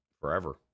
Forever